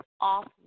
off